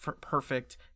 Perfect